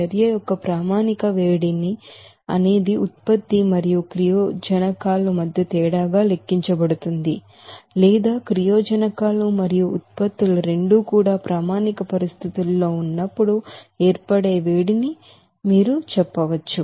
చర్య యొక్క standard heat అనేది ప్రోడక్ట్ మరియు రియాక్టన్స్ మధ్య తేడాగా లెక్కించబడుతుంది లేదా రియాక్టన్స్ మరియు ఉత్పత్తులు రెండూ కూడా ప్రామాణిక పరిస్థితుల్లో ఉన్నప్పుడు ఏర్పడే వేడిమి అని మీరు చెప్పవచ్చు